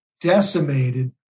decimated